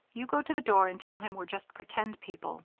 you go to the door and tell him we're just pretend people,